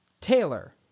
Taylor